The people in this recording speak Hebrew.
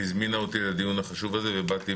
היא הזמינה אותי לדיון החשוב הזה ובאתי